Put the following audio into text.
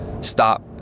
stop